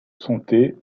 santé